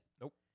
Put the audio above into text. Nope